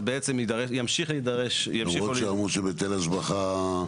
אז בעצם ימשיך להידרש --- למרות שאמרו שבהיטל השבחה,